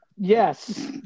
Yes